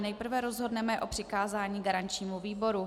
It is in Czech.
Nejprve rozhodneme o přikázání garančnímu výboru.